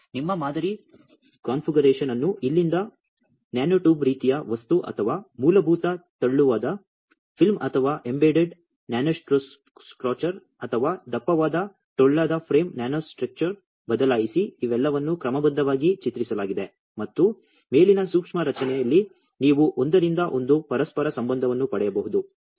ಮತ್ತು ನಿಮ್ಮ ಮಾದರಿ ಕಾನ್ಫಿಗರೇಶನ್ ಅನ್ನು ಇಲ್ಲಿಂದ ನ್ಯಾನೊಟ್ಯೂಬ್ ರೀತಿಯ ವಸ್ತು ಅಥವಾ ಮೂಲಭೂತ ತೆಳುವಾದ ಫಿಲ್ಮ್ ಅಥವಾ ಎಂಬೆಡೆಡ್ ನ್ಯಾನೊಸ್ಟ್ರಕ್ಚರ್ ಅಥವಾ ದಪ್ಪವಾದ ಟೊಳ್ಳಾದ ಫ್ರೇಮ್ ನ್ಯಾನೊಸ್ಟ್ರಕ್ಚರ್ಗೆ ಬದಲಾಯಿಸಿ ಇವೆಲ್ಲವನ್ನೂ ಕ್ರಮಬದ್ಧವಾಗಿ ಚಿತ್ರಿಸಲಾಗಿದೆ ಮತ್ತು ಮೇಲಿನ ಸೂಕ್ಷ್ಮ ರಚನೆಯಲ್ಲಿ ನೀವು ಒಂದರಿಂದ ಒಂದು ಪರಸ್ಪರ ಸಂಬಂಧವನ್ನು ಪಡೆಯಬಹುದು